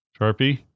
sharpie